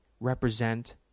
represent